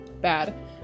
bad